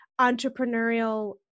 entrepreneurial